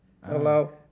Hello